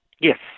Yes